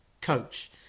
coach